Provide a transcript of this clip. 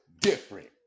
different